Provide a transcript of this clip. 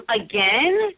again